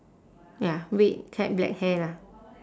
ya red cat black hair